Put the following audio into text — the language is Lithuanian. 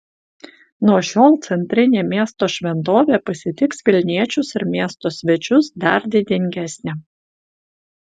nuo šiol centrinė miesto šventovė pasitiks vilniečius ir miesto svečius dar didingesnė